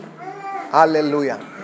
Hallelujah